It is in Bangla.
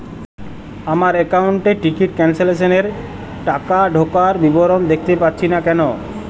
আমার একাউন্ট এ টিকিট ক্যান্সেলেশন এর টাকা ঢোকার বিবরণ দেখতে পাচ্ছি না কেন?